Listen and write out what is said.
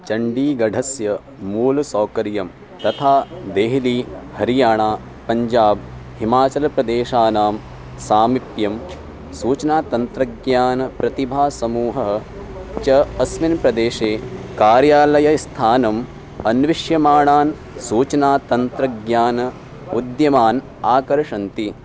चण्डीगढस्य मूलसौकर्यं तथा देहली हरियाणा पञ्जाब् हिमाचलप्रदेशानां सामीप्यं सूचनातन्त्रज्ञानप्रतिभासमूहः च अस्मिन् प्रदेशे कार्यालयस्थानम् अन्विष्यमाणान् सूचनातन्त्रज्ञान उद्यमान् आकर्षन्ति